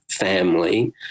family